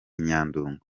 nyandungu